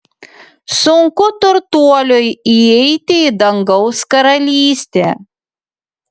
sunku turtuoliui įeiti į dangaus karalystę